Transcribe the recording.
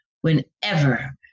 whenever